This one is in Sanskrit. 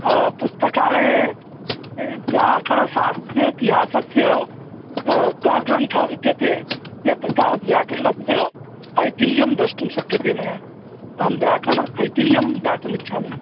पुस्तकालये व्याकरणशास्त्रेतिहासस्य कः ग्रन्थ विद्यते यत् तावत् व्याकरणस्य ऐतिह्यं द्रष्टुं शक्यते मया अहं व्याकरणस्य ऐतिह्यं ज्ञातुमिच्छामि